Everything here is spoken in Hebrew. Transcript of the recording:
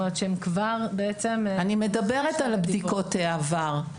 אני מדברת על בדיקות העבר.